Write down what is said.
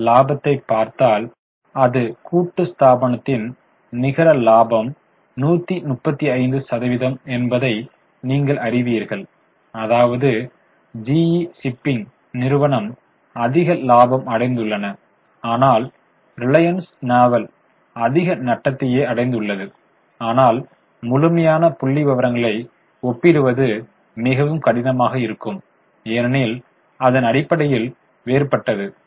இலாபத்தை பார்த்தல் அது கூட்டு ஸ்தாபனத்தின் நிகர லாபம் 135 சதவீதம் என்பதை நீங்கள் அறிவீர்கள் அதாவது GE ஷிப்பிங் நிறுவனம் அதிக லாபம் அடைந்துள்ளன ஆனால் ரிலையன்ஸ் நாவல் அதிக நட்டத்தையை அடைந்துள்ளது ஆனால் முழுமையான புள்ளிவிவரங்களை ஒப்பிடுவது மிகவும் கடினமாக இருக்கும் ஏனெனில் அதன் அடிப்படை வேறுபட்டது